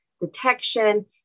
detection